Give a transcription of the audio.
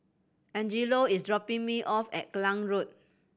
Angelo is dropping me off at Klang Road